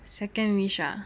second wish ah